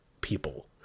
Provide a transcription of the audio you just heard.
people